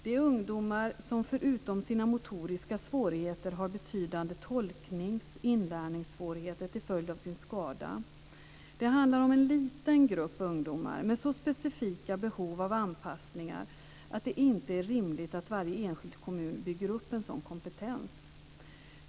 Det är ungdomar som förutom sina motoriska svårigheter har betydande tolknings och inlärningssvårigheter till följd av sin skada. Det handlar om en liten grupp ungdomar med så specifika behov av anpassningar att det inte är rimligt att varje enskild kommun bygger upp en sådan kompetens.